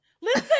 listen